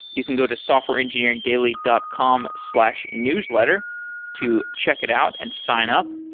you can go to softwareengineeringdaily dot com slash newsletter to check it out and sign up,